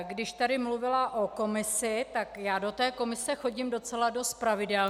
Když tady mluvila o komisi, tak já do té komise chodím docela dost pravidelně.